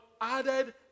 added